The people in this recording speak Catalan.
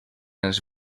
ens